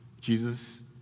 Jesus